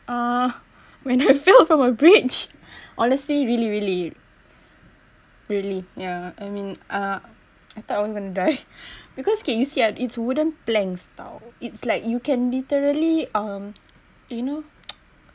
uh when I fell from a bridge honestly really really really yeah I mean uh I thought I'm going to die because can you see ah its wooden planks tau it's like you can literally um you know